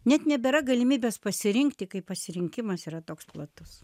net nebėra galimybės pasirinkti kai pasirinkimas yra toks platus